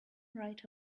right